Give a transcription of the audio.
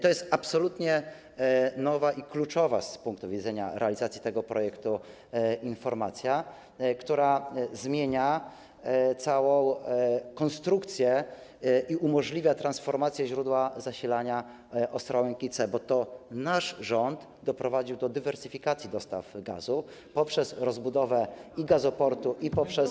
To jest absolutnie nowa i kluczowa z punktu widzenia realizacji tego projektu informacja, która zmienia całą konstrukcję i umożliwia transformację źródła zasilania Ostrołęki C, bo to nasz rząd doprowadził do dywersyfikacji dostaw gazu poprzez rozbudowę gazoportu i poprzez.